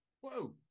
Whoa